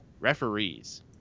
referees